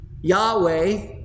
Yahweh